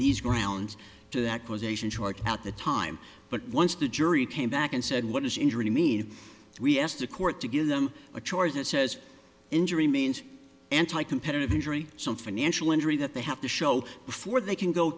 these grounds to that causation charge at the time but once the jury came back and said what does injury mean we asked the court to give them a choice that says injury means anti competitive injury some financial injury that they have to show before they can go